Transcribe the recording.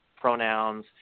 pronouns